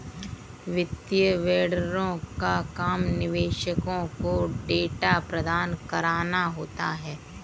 वित्तीय वेंडरों का काम निवेशकों को डेटा प्रदान कराना होता है